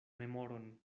memoron